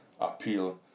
appeal